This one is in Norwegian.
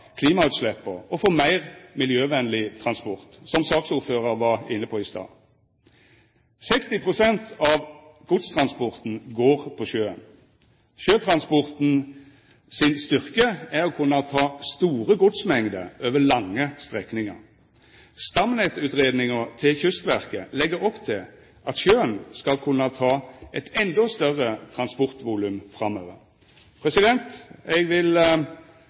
klimautsleppa og få meir miljøvenleg transport, som saksordføraren var inne på i stad. 60 pst. av godstransporten går på sjøen. Sjøtransporten sin styrke er å kunna ta store godsmengder over lange strekningar. Stamnettutgreiinga til Kystverket legg opp til at sjøen skal kunna ta eit endå større transportvolum framover. Eg vil